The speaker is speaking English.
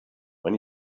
when